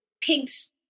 Pink's